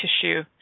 tissue